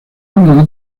uno